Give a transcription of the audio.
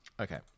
Okay